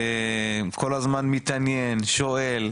כל הזמן מתעניין, שואל,